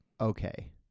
Okay